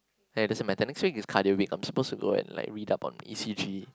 ya it doesn't matter next week is cardio week I'm supposed to go and like read up on E_C_G